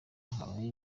habaye